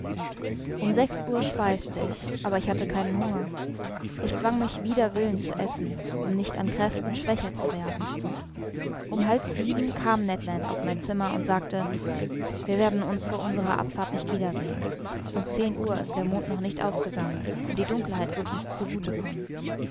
um sechs uhr speiste ich aber ich hatte keinen hunger ich zwang mich wider willen zu essen um nicht an kräften schwächer zu werden um halb sieben kam ned land auf mein zimmer und sagte wir werden uns vor unserer abfahrt nicht wieder sehen um zehn uhr ist der mond noch nicht aufgegangen und die dunkelheit wird uns zu gute kommen